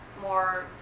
more